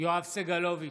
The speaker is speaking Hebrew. יואב סגלוביץ'